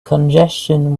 congestion